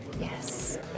Yes